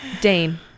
Dane